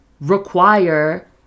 require